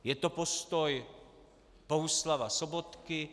Je to postoj Bohuslava Sobotky?